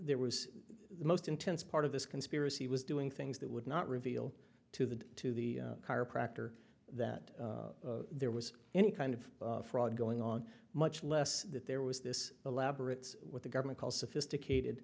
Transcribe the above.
there was the most intense part of this conspiracy was doing things that would not reveal to the to the chiropractor that there was any kind of fraud going on much less that there was this elaborate what the government calls sophisticated